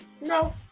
No